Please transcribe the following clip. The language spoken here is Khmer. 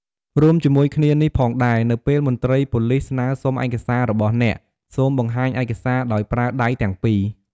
រួមជាមួយគ្នានេះផងដែរ នៅពេលមន្ត្រីប៉ូលិសស្នើសុំឯកសាររបស់អ្នក សូម បង្ហាញឯកសារដោយប្រើដៃទាំងពីរ។